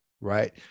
Right